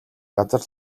газар